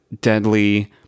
deadly